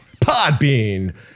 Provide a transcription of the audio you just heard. Podbean